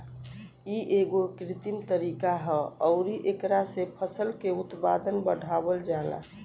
इ एगो कृत्रिम तरीका ह अउरी एकरा से फसल के उत्पादन बढ़ावल जाला